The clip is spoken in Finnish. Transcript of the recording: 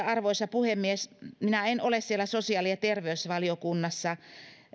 arvoisa puhemies minä en ole siellä sosiaali ja terveysvaliokunnassa